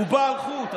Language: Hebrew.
בובה על חוט,